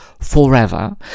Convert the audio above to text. forever